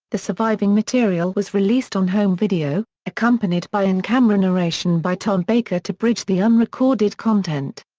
the surviving material was released on home video, accompanied by in-camera narration by tom baker to bridge the unrecorded content.